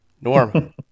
Norm